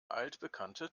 altbekannte